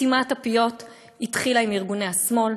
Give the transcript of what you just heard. סתימת הפיות התחילה עם ארגוני השמאל,